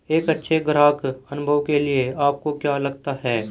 एक अच्छे ग्राहक अनुभव के लिए आपको क्या लगता है?